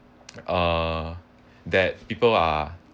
uh that people are